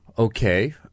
Okay